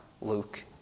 Luke